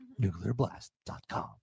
NuclearBlast.com